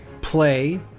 play